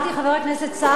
חבר הכנסת סער,